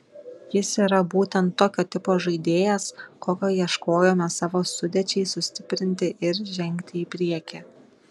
jis yra būtent tokio tipo žaidėjas kokio ieškojome savo sudėčiai sustiprinti ir žengti į priekį